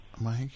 Mike